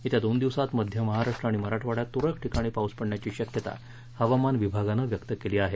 येत्या दोन दिवसात मध्य महाराष्ट्र आणि मराठवाङ्यात तुरळक ठिकाणी पाऊस पडण्याची शक्यता हवामान विभागानं व्यक्त केली आहे